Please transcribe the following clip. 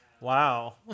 Wow